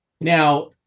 Now